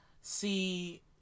see